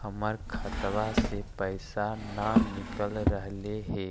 हमर खतवा से पैसा न निकल रहले हे